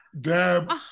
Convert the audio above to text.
Dab